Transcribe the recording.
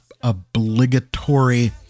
Obligatory